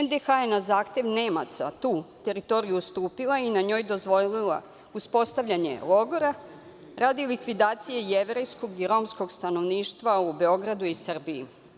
Nezavisna država Hrvatska je na zahtev Nemaca tu teritoriju ustupila i na njoj dozvolila uspostavljanje logora radi likvidacije jevrejskog i romskog stanovništva u Beogradu i Srbiji.